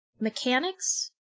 mechanics